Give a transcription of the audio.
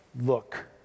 look